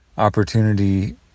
Opportunity